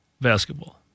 basketball